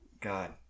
God